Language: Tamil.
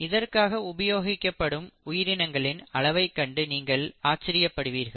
இதற்காக உபயோகிக்கப்படும் உயிரினங்களின் அளவைக் கண்டு நீங்கள் ஆச்சரியப்படுவீர்கள்